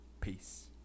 peace